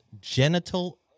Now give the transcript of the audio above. genital